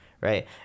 right